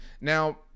now